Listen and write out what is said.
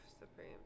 Supreme